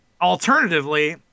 Alternatively